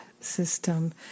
system